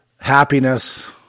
happiness